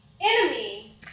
enemy